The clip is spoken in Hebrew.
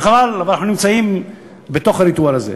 בכלל, אנחנו נמצאים בתוך הריטואל הזה.